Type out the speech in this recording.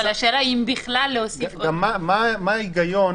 מה ההיגיון